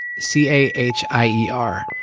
c a h i e r.